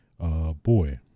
Boy